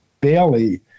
Bailey